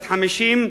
בת 50,